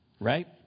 Right